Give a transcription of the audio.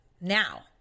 now